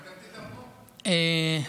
אז גם אתם תתערבו, אחמד?